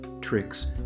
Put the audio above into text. tricks